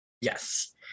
Yes